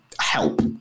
help